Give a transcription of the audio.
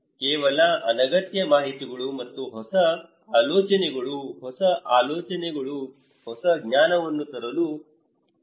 ಕೇವಲ ಅನಗತ್ಯ ಮಾಹಿತಿಗಳು ಮತ್ತು ಇದು ಹೊಸ ಆಲೋಚನೆಗಳು ಹೊಸ ಆಲೋಚನೆಗಳು ಹೊಸ ಜ್ಞಾನವನ್ನು ತರಲು ನಿಷೇಧಿಸುತ್ತೀದೆ